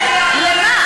לְמה?